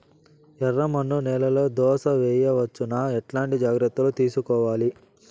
ఎర్రమన్ను నేలలో దోస వేయవచ్చునా? ఎట్లాంటి జాగ్రత్త లు తీసుకోవాలి?